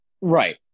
Right